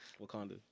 Wakanda